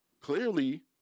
clearly